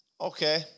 Okay